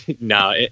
no